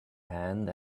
hand